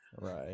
Right